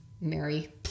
Mary